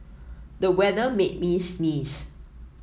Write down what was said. the weather made me sneeze